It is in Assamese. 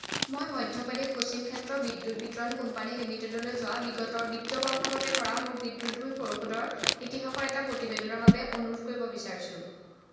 মই মধ্যপ্ৰদেশ পশ্চিম ক্ষেত্ৰ বিদ্যুৎ বিতৰণ কোম্পানী লিমিটেডলৈ যোৱা বিগত বিত্তীয় বৰ্ষৰ বাবে কৰা মোৰ বিদ্যুৎ বিল পৰিশোধৰ ইতিহাসৰ এটা প্ৰতিবেদনৰ বাবে অনুৰোধ কৰিব বিচাৰিছোঁ